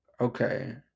Okay